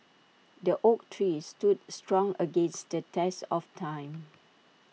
the oak tree stood strong against the test of time